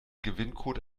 gewinncode